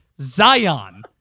Zion